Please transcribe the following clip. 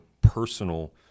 personal